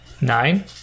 Nine